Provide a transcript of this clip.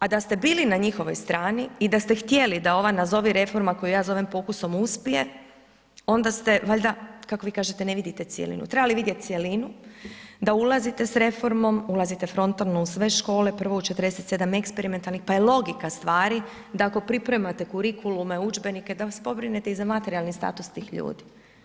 A da ste bili na njihovoj strani i da ste htjeli da ova, nazovi reforma koju ja zovem pokusom uspije, onda ste valjda, kako vi kažete, ne vidite cjelinu, trebali vidjeti cjelinu, da ulazite s reformom, ulazite frontalno u sve škole, prvo u 47 eksperimentalnih pa je logika stvari, da ako pripremate kurikulume, udžbenike, da se pobrinete i za materijalni status tih ljudi.